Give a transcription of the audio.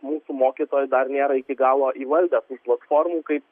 mūsų mokytojai dar nėra iki galo įvaldę tų platformų kaip